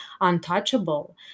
untouchable